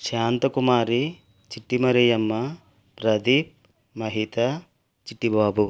Shanthakumari Chittimariyamma Pradeep Mahitha Chitti Babu